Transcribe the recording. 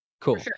Cool